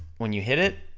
when you hit it,